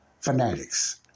fanatics